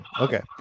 okay